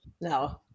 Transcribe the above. No